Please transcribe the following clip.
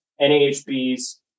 NAHB's